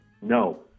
No